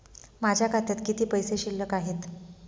माझ्या खात्यात किती पैसे शिल्लक आहेत?